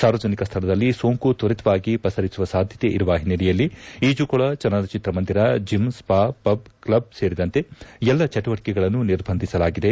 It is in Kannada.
ಸಾರ್ವಜನಿಕ ಸ್ಥಳದಲ್ಲಿ ಸೋಂಕು ತ್ವರಿತವಾಗಿ ಪಸರಿಸುವ ಸಾಧ್ಯತೆ ಇರುವ ಹಿನ್ನೆಲೆಯಲ್ಲಿ ಈಜುಕೊಳ ಚಲನಚಿತ್ರ ಮಂದಿರ ಜಮ್ ಸ್ಪಾ ಪಬ್ ಕ್ಲಬ್ ಸೇರಿದಂತೆ ಎಲ್ಲ ಚಟುವಟಿಕೆಗಳನ್ನು ನಿರ್ಬಂಧಿಸಲಾಗಿದೆ